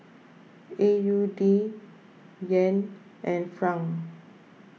A U D Yen and Franc